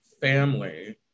family